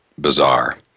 bizarre